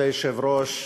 כבוד היושב-ראש,